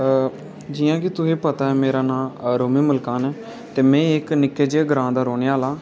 जियां कि तुसेंगी पता ऐ मेरा नाँऽ रोमी मलकान ऐ ते मे इक निक्के जेह् ग्राँऽ दा रौह्ने आहला आं